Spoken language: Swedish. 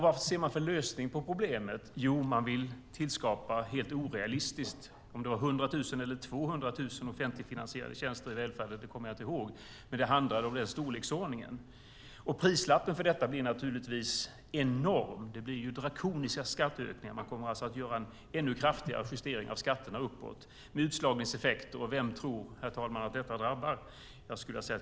Vad ser man för lösning på problemet? Jo, man vill skapa, helt orealistiskt, 100 000 eller 200 000 offentligt finansierade tjänster i välfärden. Det handlar om den storleksordningen. Prislappen för detta blir naturligtvis enorm. Det blir drakoniska skatteökningar. Man kommer alltså att göra en ännu kraftigare justering av skatterna uppåt med utslagningseffekter. Vem tror herr talman att detta drabbar?